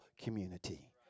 community